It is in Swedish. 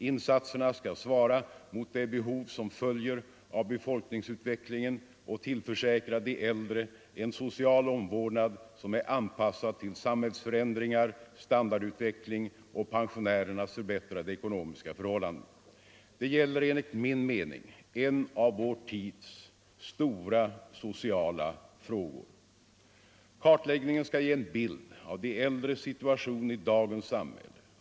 Insatserna skall svara mot det behov som följer av befolkningsutvecklingen och tillförsäkra de äldre en social omvårdnad som är anpassad till samhällsförändringar, standardutveckling och pensionärernas förbättrade ekonomiska förhållanden. Det gäller enligt min mening en av vår tids stora sociala frågor. Kartläggningen skall ge en bild av de äldres situation i dagens samhälle.